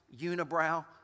unibrow